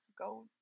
go